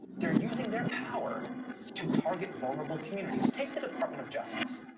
they're using their power to target vulnerable communities. take the department of justice.